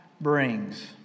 brings